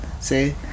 say